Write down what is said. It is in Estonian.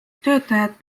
töötajad